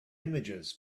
images